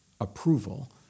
approval